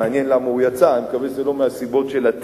מעניין למה הוא יצא,